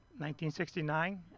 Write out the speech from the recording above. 1969